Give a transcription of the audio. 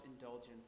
indulgence